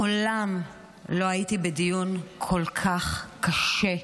מעולם לא הייתי בדיון כל כך קשה.